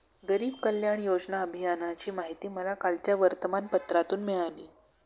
गरीब कल्याण योजना अभियानाची माहिती मला कालच्या वर्तमानपत्रातून मिळाली